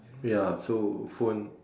ya so phone